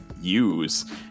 use